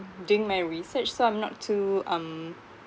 doing my research so I'm not too um